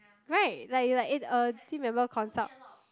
right like like if a team member consults